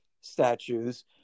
statues